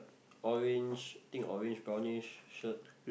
orange think orange brownish shirt